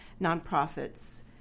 nonprofits